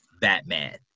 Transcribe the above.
batman